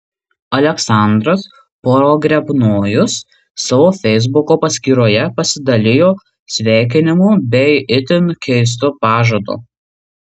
aleksandras pogrebnojus savo feisbuko paskyroje pasidalijo sveikinimu bei itin keistu pažadu